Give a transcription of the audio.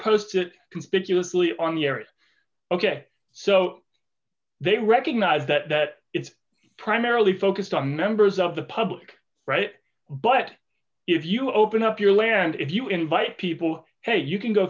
is ok so they recognize that that is primarily focused on members of the public right but if you open up your land if you invite people hey you can go